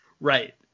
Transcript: right